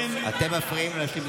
אתם מפריעים לו להשלים את דבריו.